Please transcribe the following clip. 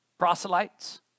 proselytes